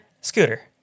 Scooter